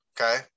okay